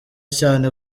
cyane